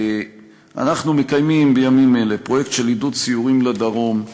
אנחנו מקיימים בימים אלה פרויקט של עידוד סיורים לדרום,